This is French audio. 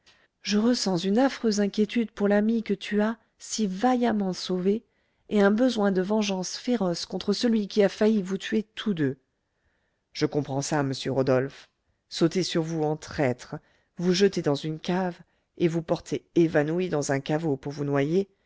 je ressens une affreuse inquiétude pour l'ami que tu as si vaillamment sauvé et un besoin de vengeance féroce contre celui qui a failli vous tuer tous deux je comprends ça monsieur rodolphe sauter sur vous en traître vous jeter dans un cave et vous porter évanoui dans un caveau pour vous noyer